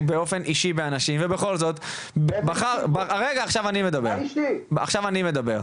באופן אישי באנשים ובכל זאת --- מה אישי פה?